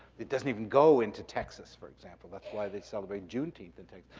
it doesn't even go into texas, for example. that's why they celebrate juneteenth in